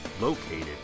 located